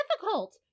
difficult